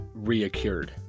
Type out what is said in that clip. reoccurred